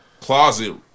closet